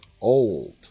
old